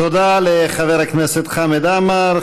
תודה לחבר הכנסת חמד עמאר.